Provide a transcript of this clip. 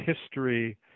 history